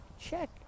check